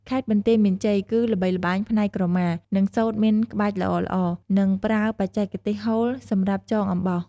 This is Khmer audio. ខេត្តបន្ទាយមានជ័យ គឺល្បីល្បាញផ្នែកក្រមា និងសូត្រមានក្បាច់ល្អៗ និងប្រើបច្ចេកទេស "ហូល" សម្រាប់ចងអំបោះ។